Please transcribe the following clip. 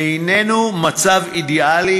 איננו מצב אידיאלי,